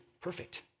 perfect